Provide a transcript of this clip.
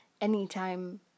anytime